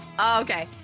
okay